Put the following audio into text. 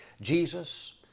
Jesus